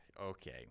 Okay